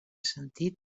sentit